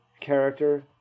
character